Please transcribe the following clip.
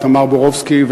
אביתר בורובסקי,